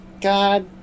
God